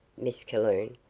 miss calhoun.